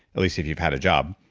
at least if you've had a job,